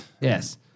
Yes